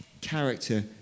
Character